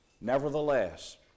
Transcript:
Nevertheless